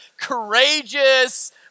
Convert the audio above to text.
courageous